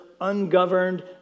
ungoverned